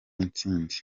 intsinzi